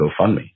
GoFundMe